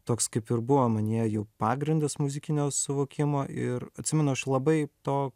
toks kaip ir buvo manyje jau pagrindas muzikinio suvokimo ir atsimenu aš labai to